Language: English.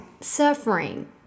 suffering